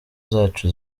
zacu